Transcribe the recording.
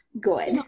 good